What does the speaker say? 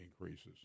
increases